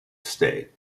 state